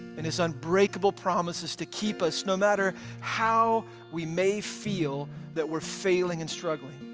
and his unbreakable promises to keep us no matter how we may feel that we're failing and struggling.